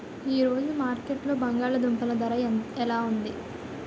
ఈ రోజు మార్కెట్లో బంగాళ దుంపలు ధర ఎలా ఉంది?